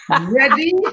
Ready